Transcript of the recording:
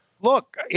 Look